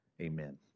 amen